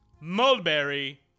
Mulberry